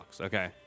okay